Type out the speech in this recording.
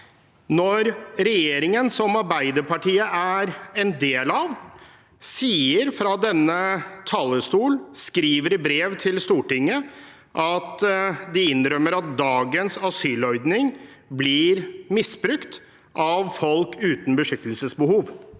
når regjeringen Arbeiderpartiet er en del av, sier fra denne talerstol og skriver i brev til Stortinget – og innrømmer – at dagens asylordning blir misbrukt av folk uten beskyttelsesbehov.